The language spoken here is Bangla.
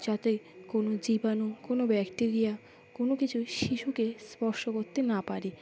যাতে কোনো জীবাণু কোনো ব্যাকটেরিয়া কোনো কিছুই শিশুকে স্পর্শ করতে না পারি